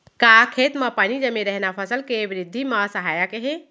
का खेत म पानी जमे रहना फसल के वृद्धि म सहायक हे?